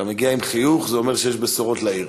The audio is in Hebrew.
אתה מגיע עם חיוך, זה אומר שיש בשורות לעיר.